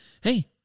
hey